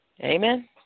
Amen